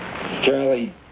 Charlie